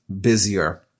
busier